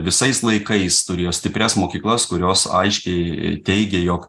visais laikais turėjo stiprias mokyklas kurios aiškiai teigė jog